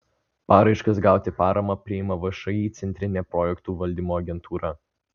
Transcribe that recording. paraiškas gauti paramą priima všį centrinė projektų valdymo agentūra